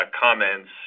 comments